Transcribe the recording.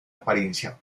apariencia